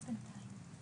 תודה.